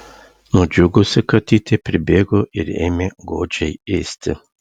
nudžiugusi katytė pribėgo ir ėmė godžiai ėsti